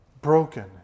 broken